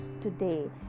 today